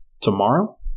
tomorrow